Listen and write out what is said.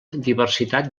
diversitat